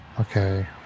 Okay